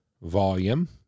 volume